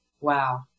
Wow